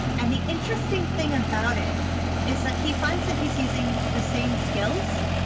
and the interesting thing about it is that he finds that he's using the same skills.